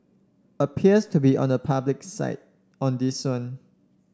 appears to be on the public's side on this one